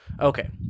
Okay